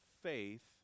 faith